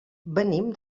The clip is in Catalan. venim